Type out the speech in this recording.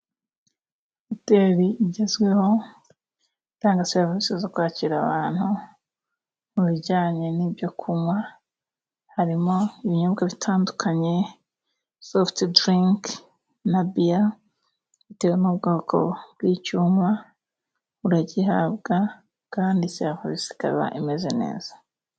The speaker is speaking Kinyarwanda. Hoteli igezweho itanga serivisi zo kwakira abantu mu bijyanye n'ibyo kunywa. Harimo ibinyobwa bitandukanye, sofutidilinki na biya, bitewe n'ubwoko bw'icyuma uragihabwa kandi serivisi ikaba imeze neza.